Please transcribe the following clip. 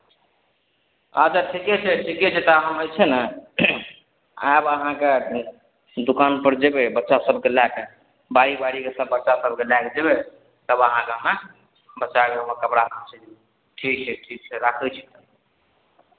अच्छा ठीके छै ठीके छै तऽ हम जे छै ने आयब अहाँके दुकानपर जयबै बच्चा सभकेँ लए कऽ बारी बारी कऽ सभ बच्चा सभकेँ लए कऽ जयबै तब अहाँके अहाँ बच्चाके कपड़ा सीबै ठीक छै ठीक छै राखै छी तऽ